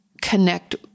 connect